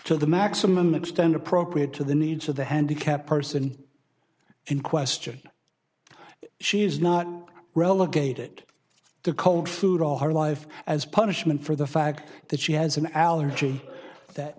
to the maximum extent appropriate to the needs of the handicapped person in question she is not relegated to cold food all her life as punishment for the fact that she has an allergy that